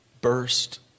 burst